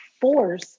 force